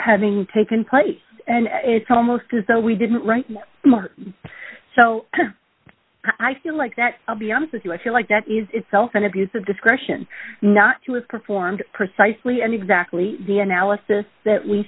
having taken place and it's almost as though we didn't write more so i feel like that i'll be honest with you i feel like that is itself an abuse of discretion not to have performed precisely and exactly the analysis that we